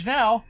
now